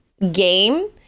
game